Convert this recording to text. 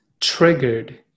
triggered